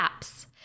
Apps